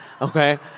okay